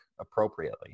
appropriately